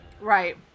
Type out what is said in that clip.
right